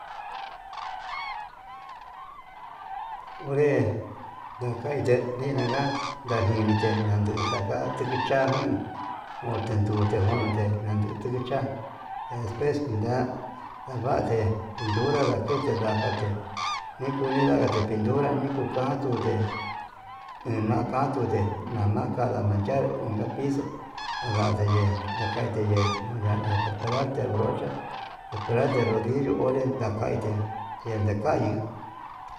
Onré ndakaite nina ngua ndanjinete nanduu ndaka tucha'a jun otendute ko'te. nanduu tuya'a despues kunda avate pintura dakete ndakate, nikuu nindakate pintura nikuu kan tundee ina kandude nada kanda manchar iin rapido, undade ye'e ndakete ye'e unda ndakanrate brocha ndakararte rodillo onren ndakaite yende kaiya.